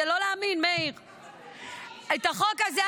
אתם צריכים לדאוג שמצביעים על הצעת החוק הזאת.